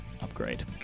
upgrade